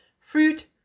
fruit